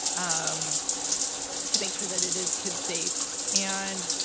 um to make sure that it is kid safe. and,